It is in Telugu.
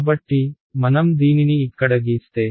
కాబట్టి మనం దీనిని ఇక్కడ గీస్తే